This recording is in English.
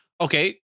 Okay